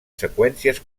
seqüències